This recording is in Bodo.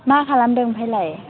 मा खालामदों ओमफ्रायलाय